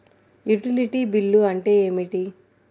Utility bill అంటే ఏమిటి?